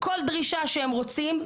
כל דרישה שהם רוצים,